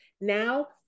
now